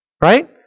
right